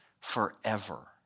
forever